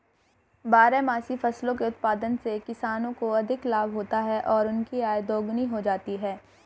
बारहमासी फसलों के उत्पादन से किसानों को अधिक लाभ होता है और उनकी आय दोगुनी हो जाती है